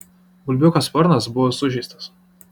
gulbiuko sparnas buvo sužeistas